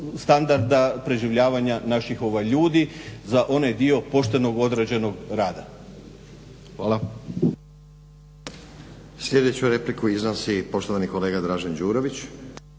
standarda preživljavanja naših ljudi za onaj dio poštenog određenog rada. Hvala.